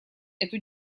эту